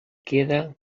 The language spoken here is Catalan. queda